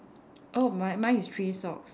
oh my mine is three socks